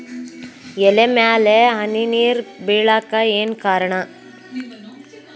ಎಲೆ ಮ್ಯಾಲ್ ಹನಿ ನೇರ್ ಬಿಳಾಕ್ ಏನು ಕಾರಣ?